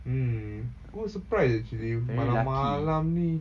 mm aku surprised actually malam-malam ni